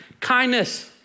kindness